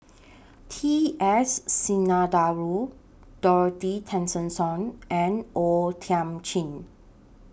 T S Sinnathuray Dorothy Tessensohn and O Thiam Chin